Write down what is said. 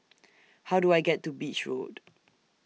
How Do I get to Beach Road